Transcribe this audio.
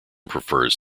prefers